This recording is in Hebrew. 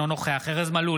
אינו נוכח ארז מלול,